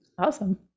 Awesome